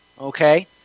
okay